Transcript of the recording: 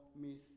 Miss